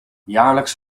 jaarlijks